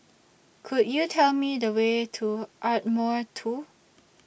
Could YOU Tell Me The Way to Ardmore two